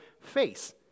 face